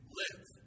live